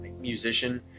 musician